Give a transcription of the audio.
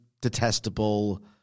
detestable